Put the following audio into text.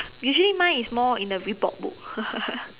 usually mine is more in the report book